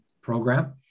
program